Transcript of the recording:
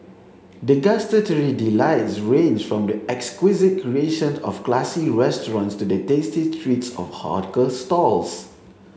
the gustatory delights range from the exquisite creation of classy restaurants to the tasty treats of hawker stalls